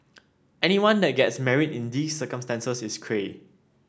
anyone that gets married in these circumstances is Cray